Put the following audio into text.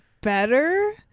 better